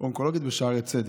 אונקולוגית בשערי צדק.